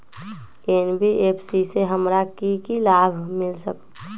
NBFC से हमार की की लाभ मिल सक?